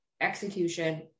execution